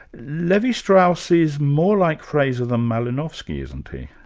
levi-strauss is more like frazer than malinowski isn't he?